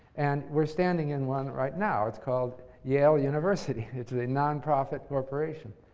and we're standing in one right now. it's called yale university. it's a nonprofit corporation.